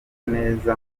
neza